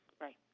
Right